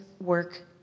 work